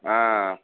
ಹಾಂ